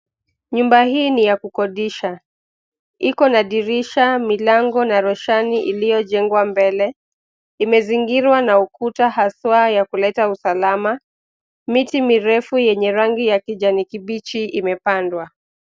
Nyumba hii ni ya kukodisha, iko na dirisha, milango na roshani iliyojengwa mbele. Imezingirwa na ukuta haswa ya kuleta usalama. Miti mirefu yenye rangi ya kijani kibichi imepandwa.